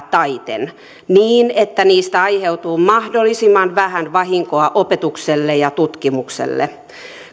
taiten niin että niistä aiheutuu mahdollisimman vähän vahinkoa opetukselle ja tutkimukselle